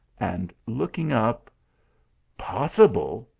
and looking up possible!